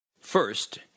First